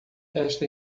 esta